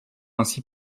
ainsi